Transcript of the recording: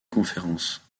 conference